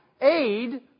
aid